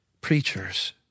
preachers